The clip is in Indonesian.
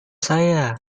saya